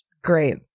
Great